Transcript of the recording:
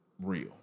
real